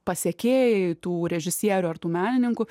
pasekėjai tų režisierių ar tų menininkų